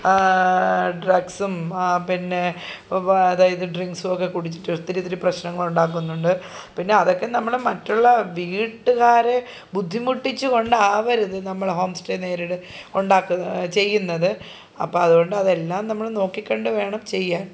ഡ്രഗ്സും പിന്നെ അതായത് ഡ്രിങ്സുമൊക്കെ കുടിച്ചിട്ട് ഒത്തിരിത്തിരി പ്രശ്നങ്ങളുണ്ടാക്കുന്നുണ്ട് പിന്നതൊക്കെ നമ്മൾ മറ്റുള്ള വീട്ടുകാരെ ബുദ്ധിമുട്ടിച്ചു കൊണ്ടാവരുത് നമ്മൾ ഹോം സ്റ്റേ നേരിട്ട് ഉണ്ടാക്കി ചെയ്യുന്നത് അപ്പം അതു കൊണ്ട് അതെല്ലാം നമ്മൾ നോക്കിക്കണ്ടു വേണം ചെയ്യാൻ